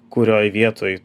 kurioj vietoj